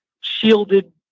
shielded